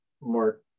more